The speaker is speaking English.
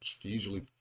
usually